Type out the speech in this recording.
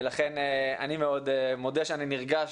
ולכן אני מודה שאני מודה שאני נרגש,